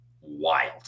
wild